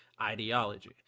ideology